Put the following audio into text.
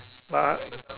but